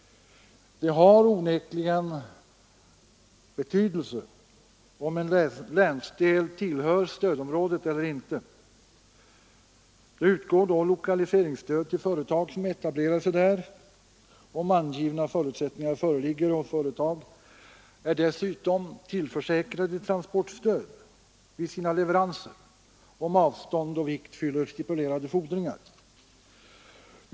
Det har onekligen betydelse, om en länsdel tillhör stödområdet. Det utgår då lokaliseringsstöd till företag som etablerar sig där, om angivna förutsättningar föreligger, och företag är dessutom tillförsäkrade transportstöd vid sina leveranser om avstånd och vikt fyller stipulerade fordringar.